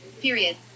period